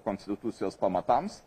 konstitucijos pamatams